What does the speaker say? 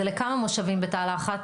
זה לכמה מושבים בתא לחץ?